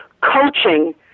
coaching